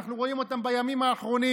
אנחנו רואים אותם בימים האחרונים.